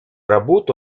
работу